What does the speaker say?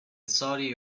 saudi